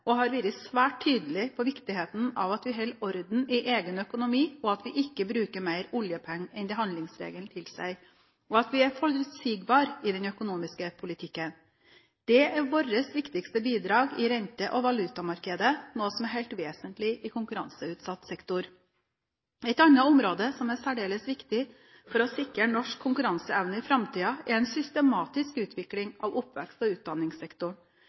og har vært svært tydelig på viktigheten av at vi holder orden i egen økonomi, at vi ikke bruker mer oljepenger enn det handlingsregelen tilsier, og at vi er forutsigbare i den økonomiske politikken. Det er vårt viktigste bidrag i rente- og valutamarkedet, noe som er helt vesentlig for konkurranseutsatt sektor. Et annet område som er særdeles viktig for å sikre norsk konkurranseevne i framtiden, er en systematisk utvikling av oppvekst- og utdanningssektoren,